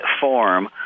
form